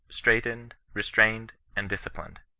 straitened, restrained, and disciplined.